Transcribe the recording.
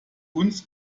uns